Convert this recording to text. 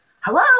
hello